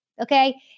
Okay